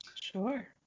Sure